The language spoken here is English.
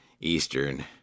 Eastern